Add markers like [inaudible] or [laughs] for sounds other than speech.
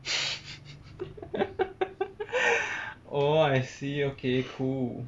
[laughs] oh I see okay cool